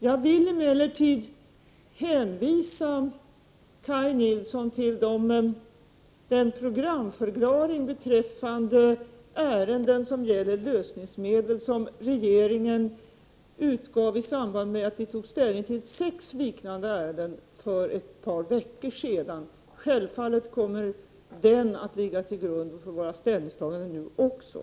Jag vill emellertid hänvisa Kaj Nilsson till den programförklaring beträffande ärenden som gäller lösningsmedel som regeringen gav i samband med att vi tog ställning till sex liknande ärenden för ett par veckor sedan. Självfallet kommer den att ligga till grund för våra ställningstaganden nu också.